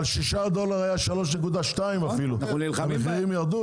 אבל כששער הדולר היה 3.2 המחירים ירדו?